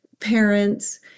parents